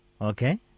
Okay